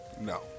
No